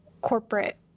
corporate